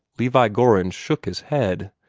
levi gorringe shook his head.